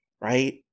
right